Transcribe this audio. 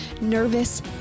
Nervous